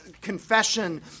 confession